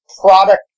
product